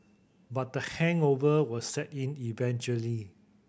but the hangover will set in eventually